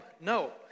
No